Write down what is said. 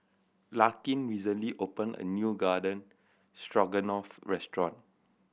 Larkin recently opened a new Garden Stroganoff restaurant